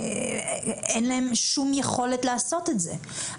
אין להם שום יכולת לעשות את זה,